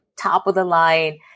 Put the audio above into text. top-of-the-line